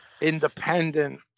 independent